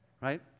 Right